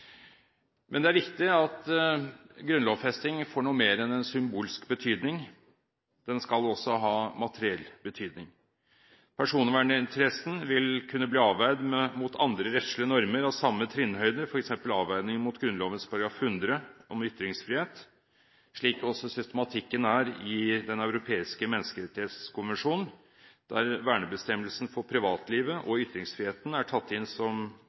Men det er viktig at grunnlovfesting får noe mer enn en symbolsk betydning, den skal også ha materiell betydning. Personverninteressene vil kunne bli avveid mot andre rettslige normer av samme trinnhøyde, f.eks. avveiningen mot Grunnloven § 100 om ytringsfrihet, slik også systematikken er i Den europeiske menneskerettskonvensjonen, der vernebestemmelsen for privatlivet og ytringsfriheten er tatt inn som